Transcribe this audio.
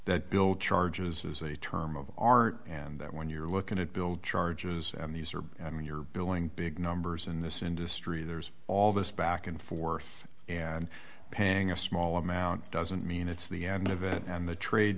that bill charges as a term of art and that when you're looking at bill charges these are i mean you're billing big numbers in this industry there's all this back and forth and paying a small amount doesn't mean it's the end of it and the trade